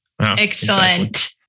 Excellent